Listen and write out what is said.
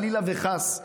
חלילה וחס,